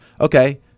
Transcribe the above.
Okay